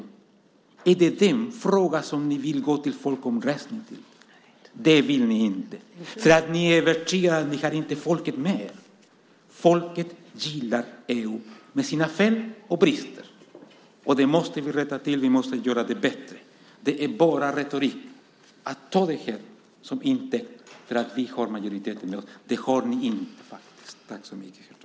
Är det den fråga som ni vill gå till folkomröstning på? Det vill ni inte, för ni är övertygade om att ni inte har folket med er. Folket gillar EU, med dess fel och brister. Dem måste vi rätta till. Vi måste göra det bättre. Ni kommer bara med retorik. Att ta det som intäkt för att ni har majoriteten med er håller inte, för det har ni faktiskt inte.